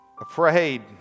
afraid